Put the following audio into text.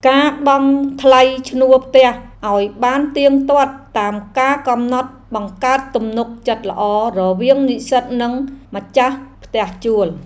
ការបង់ថ្លៃឈ្នួលផ្ទះឱ្យបានទៀងទាត់តាមកាលកំណត់បង្កើតទំនុកចិត្តល្អរវាងនិស្សិតនិងម្ចាស់ផ្ទះជួល។